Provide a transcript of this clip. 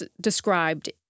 described